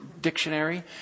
dictionary